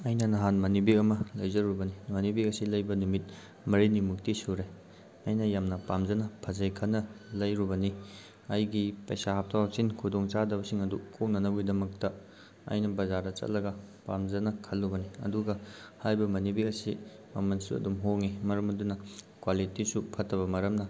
ꯑꯩꯅ ꯅꯍꯥꯟ money bag ꯑꯃ ꯂꯩꯖꯔꯨꯕꯅꯤ ꯃꯅꯤ ꯕꯦꯒ ꯑꯁꯤ ꯂꯩꯕ ꯅꯨꯃꯤꯠ ꯃꯔꯤꯅꯤꯃꯨꯛꯇꯤ ꯁꯨꯔꯦ ꯑꯩꯅ ꯌꯥꯝꯅ ꯄꯥꯝꯖꯅ ꯐꯖꯩ ꯈꯟꯅ ꯂꯩꯔꯨꯕꯅꯤ ꯑꯩꯒꯤ ꯄꯩꯁꯥ ꯍꯥꯞꯊꯣꯛ ꯍꯥꯞꯆꯤꯟ ꯈꯨꯗꯣꯡ ꯆꯥꯗꯕꯁꯤꯡ ꯑꯗꯨ ꯀꯣꯛꯅꯅꯕꯒꯤꯗꯃꯛꯇ ꯑꯩꯅ ꯕꯖꯥꯔꯗ ꯆꯠꯂꯒ ꯄꯥꯝꯖꯅ ꯈꯜꯂꯨꯕꯅꯤ ꯑꯗꯨꯒ ꯍꯥꯏꯔꯤꯕ ꯃꯅꯤ ꯕꯦꯒ ꯑꯁꯤ ꯃꯃꯜꯁꯨ ꯑꯗꯨꯝ ꯍꯣꯡꯉꯤ ꯃꯔꯝ ꯑꯗꯨꯅ ꯀ꯭ꯋꯥꯂꯤꯇꯤꯁꯨ ꯐꯠꯇꯕ ꯃꯔꯝꯅ